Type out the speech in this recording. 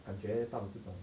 感觉得到这种